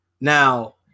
now